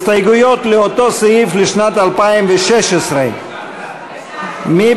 הסתייגויות לאותו סעיף לשנת 2016. מי